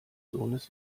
sohnes